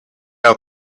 out